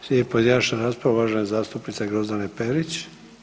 Slijedi pojedinačna rasprava uvažene zastupnice Grozdane Perić.